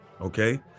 okay